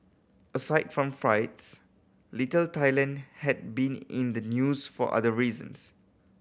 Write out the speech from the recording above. aside from fights Little Thailand had been in the news for other reasons